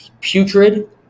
putrid